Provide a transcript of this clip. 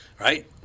Right